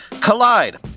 Collide